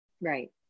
Right